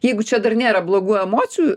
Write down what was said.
jeigu čia dar nėra blogų emocijų